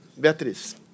Beatriz